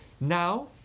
Now